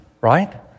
right